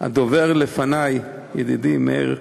והדובר לפני, ידידי מאיר,